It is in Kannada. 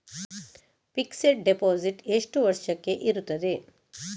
ಫಿಕ್ಸೆಡ್ ಡೆಪೋಸಿಟ್ ಎಷ್ಟು ವರ್ಷಕ್ಕೆ ಇರುತ್ತದೆ?